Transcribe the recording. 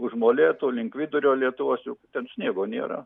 už molėtų link vidurio lietuvos juk ten sniego nėra